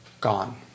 gone